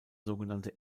sogenannte